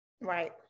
right